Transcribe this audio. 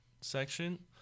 section